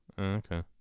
Okay